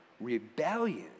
Rebellion